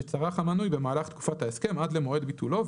שצרך המנוי במהלך תקופת ההסכם עד למועד ביטולו,